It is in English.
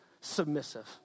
submissive